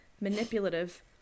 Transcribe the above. manipulative